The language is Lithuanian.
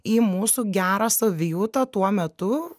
į mūsų gerą savijautą tuo metu